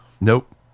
Nope